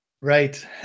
Right